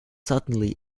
suddenly